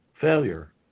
failure